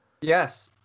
Yes